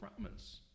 promise